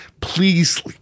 Please